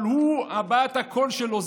אבל הוא הבעת הקול שלו.